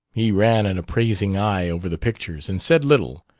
he ran an appraising eye over the pictures and said little.